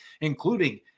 including